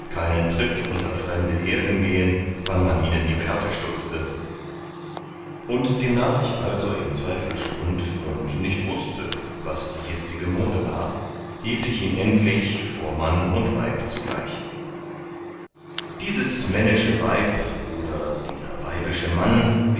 keinen tritt unter frembde herden gehen wann man ihnen die bärte stutzte und demnach ich also im zweifel stund und nicht wußte was die jetzige mode war hielt ich ihn endlich vor mann und weib zugleich dieses männische weib oder dieser weibische mann